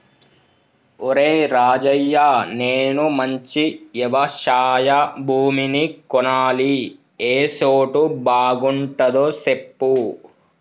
ఒరేయ్ రాజయ్య నేను మంచి యవశయ భూమిని కొనాలి ఏ సోటు బాగుంటదో సెప్పు